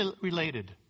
related